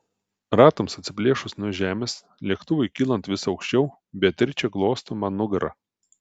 ratams atsiplėšus nuo žemės lėktuvui kylant vis aukščiau beatričė glosto man nugarą